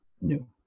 new